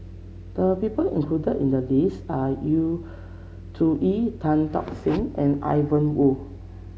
the people included in the list are Yu Zhuye Tan Tock Seng and Ian Woo